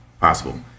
possible